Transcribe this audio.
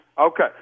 Okay